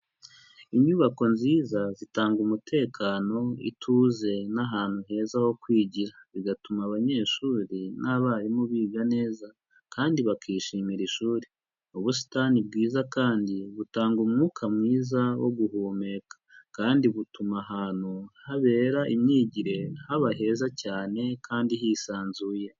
Inyubako nziza zitanga umutekano, ituze n'ahantu heza ho kwigira, bigatuma abanyeshuri n'abarimu biga neza kandi bakishimira ishuri, ubusitani bwiza kandi butanga umwuka mwiza wo guhumeka, kandi butuma ahantu habera imyigire haba heza cyane kandi hisanzuye.